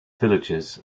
villages